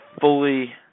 fully